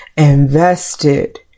invested